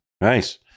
Nice